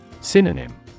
Synonym